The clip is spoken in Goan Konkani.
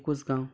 एकूच गांव